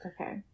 Okay